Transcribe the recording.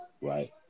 right